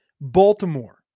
Baltimore